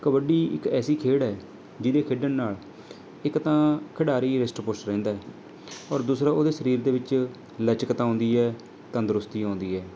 ਕਬੱਡੀ ਇੱਕ ਐਸੀ ਖੇਡ ਹੈ ਜਿਹਦੇ ਖੇਡਣ ਨਾਲ ਇੱਕ ਤਾਂ ਖਿਡਾਰੀ ਰਿਸ਼ਟ ਪੁਸ਼ਟ ਰਹਿੰਦਾ ਔਰ ਦੂਸਰਾ ਉਹਦੇ ਸਰੀਰ ਦੇ ਵਿੱਚ ਲਚਕਤਾ ਆਉਂਦੀ ਹੈ ਤੰਦਰੁਸਤੀ ਆਉਂਦੀ ਹੈ